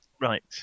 Right